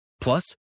Plus